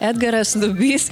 edgaras lubys